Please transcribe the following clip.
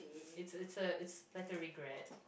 it's a it's a it's like a regret